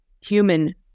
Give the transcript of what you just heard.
human